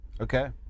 Okay